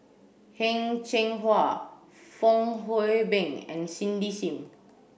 Heng Cheng Hwa Fong Hoe Beng and Cindy Sim